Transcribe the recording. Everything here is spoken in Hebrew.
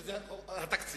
שזה התקציב,